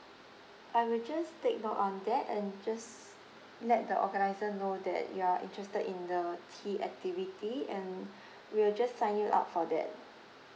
I will just take note on that and just let the organiser know that you are interested in the tea activity and we will just sign you up for that